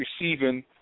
receiving